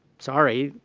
sorry,